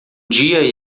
dia